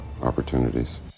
opportunities